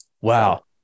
Wow